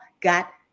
got